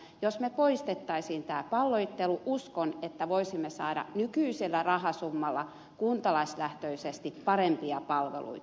jos me poistaisimme tämän pallottelun uskon että voisimme saada nykyisellä rahasummalla kuntalaislähtöisesti parempia palveluita